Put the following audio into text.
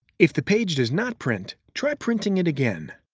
if the page does not print, try printing it again.